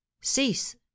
cease